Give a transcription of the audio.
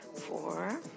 Four